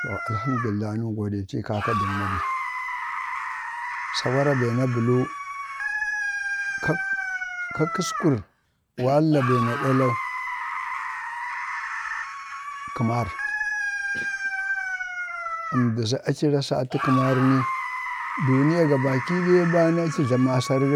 to alhamdulillahi nəŋ goɗee tii kaka doŋ nati. sawara bee iiskur walla bee na blau, kəmar. Ɛmdi za aci rasatə kəmar ni, duniya gabaki ɗaya ɓa ni aci Jlamə asarak